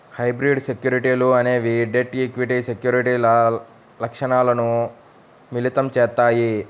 hybrid సెక్యూరిటీలు అనేవి debt, equity సెక్యూరిటీల లక్షణాలను మిళితం చేత్తాయి